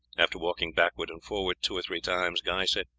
after walking backwards and forwards two or three times guy said,